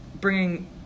bringing